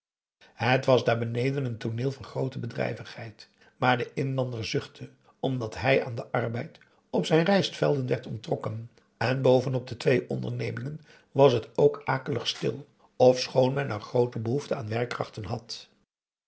het was daarbeneden een tooneel van groote bedrijvigheid maar de inlander zuchtte omdat hij aan den arbeid op zijn rijstvelden werd onttrokken en boven op de twee ondernemingen was het ook akelig stil ofschoon men er groote behoefte aan werkkrachten had